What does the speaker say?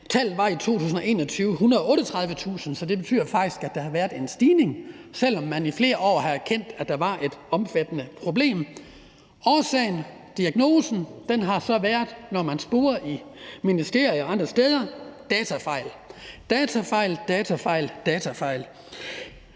Tallet var i 2021 138.000, så det betyder faktisk, der har været en stigning, selv om man i flere år har erkendt, at der var et omfattende problem. Årsagen, diagnosen har så været, når man spurgte i ministerier og andre steder: datafejl, datafejl, datafejl.